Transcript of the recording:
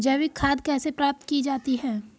जैविक खाद कैसे प्राप्त की जाती है?